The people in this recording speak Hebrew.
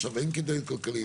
עכשיו אין כדאיות כלכלית,